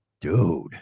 Dude